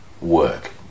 work